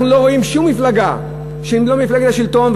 אנחנו לא רואים שום מפלגה שהיא לא מפלגת שלטון,